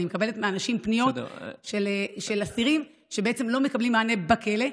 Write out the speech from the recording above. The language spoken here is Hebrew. אני מקבלת מאנשים פניות על אסירים שלא מקבלים מענה בכלא,